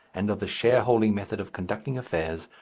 and of the shareholding method of conducting affairs,